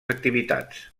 activitats